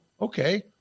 okay